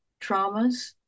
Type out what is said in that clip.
traumas